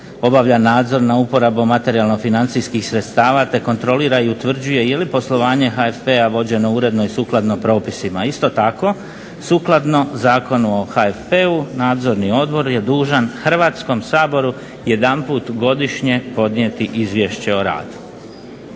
obavlja nadzor nad uporabom materijalno-financijskih sredstava te kontrolira i utvrđuje je li poslovanje HFP-a vođeno uredno i sukladno propisima. Isto tako, sukladno Zakonu o HFP-u Nadzorni odbor je dužan Hrvatskom saboru jedanput godišnje podnijeti izvješće o radu."